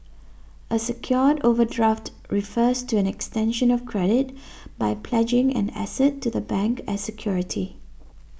a secured overdraft refers to an extension of credit by pledging an asset to the bank as security